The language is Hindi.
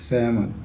सहमत